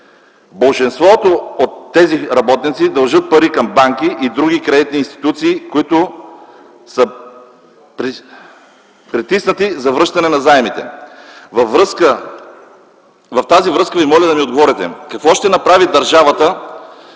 Болшинството от тези работници дължат пари към банки и други кредитни институции и са притиснати за връщане на заемите. В тази връзка Ви моля да ми отговорите: какво ще направи държавата,